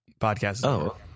podcast